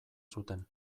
zuten